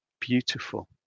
Beautiful